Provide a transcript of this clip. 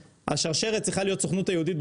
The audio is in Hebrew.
השרשרת צריכה להיות הסוכנות היהודית.